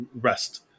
rest